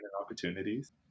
opportunities